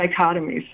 dichotomies